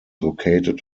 located